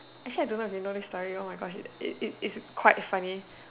actually I don't know if you know this story oh my gosh it it it's quite funny